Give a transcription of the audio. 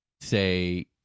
say